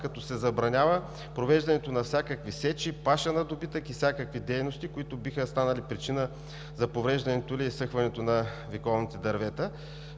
като се забранява провеждането на всякакви сечи, паша на добитък и всякакви дейности, които биха станали причина за повреждането или изсъхването на вековните дървета.